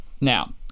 Now